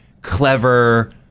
clever